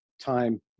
time